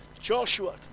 Joshua